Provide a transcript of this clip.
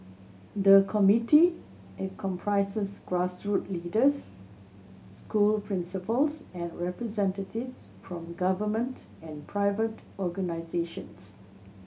the committee comprises grassroot leaders school principals and representatives from government and private organisations